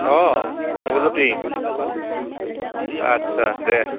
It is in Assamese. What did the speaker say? অঁ নৱজ্যোতি আচ্ছা দে